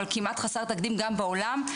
אבל כמעט חסר תקדים גם בעולם,